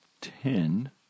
ten